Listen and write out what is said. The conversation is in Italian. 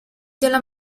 della